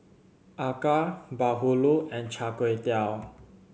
Acar Bahulu and Char Kway Teow